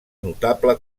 notable